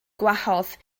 gwahodd